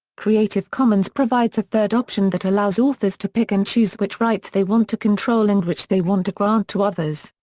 creative commons provides a third option that allows authors to pick and choose which rights they want to control and which they want to grant to others.